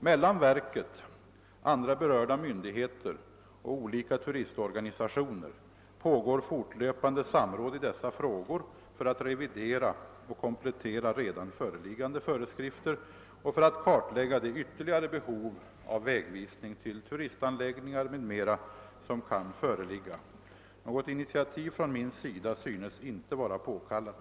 Mellan verket, andra berörda myndigheter och olika turistorganisationer pågår fortlöpande samråd i dessa frågor för att revidera och komplettera redan föreliggande föreskrifter och för att kartlägga det ytterligare behov av vägvisning till turistanläggningar m.m., som kan föreligga. Något initiativ från min sida synes inte vara påkallat.